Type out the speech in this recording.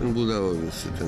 nu būdavo visko ten